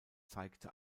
zeigte